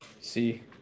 See